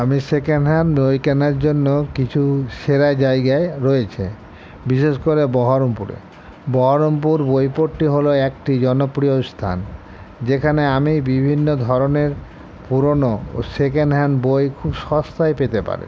আমি second hand বই কেনার জন্য কিছু সেরা জায়গায় রয়েছে বিশেষ করে বহরমপুরে বহরমপুর বই পট্টি হলো একটি জনপ্রিয় স্থান যেখানে আমি বিভিন্ন ধরনের পুরোনো ও সেকেন্ড হ্যান্ড বই খুব সস্তায় পেতে পারি